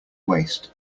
waste